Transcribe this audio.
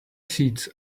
seats